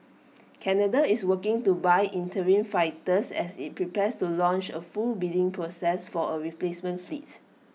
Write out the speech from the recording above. Canada is working to buy interim fighters as IT prepares to launch A full bidding process for A replacement fleet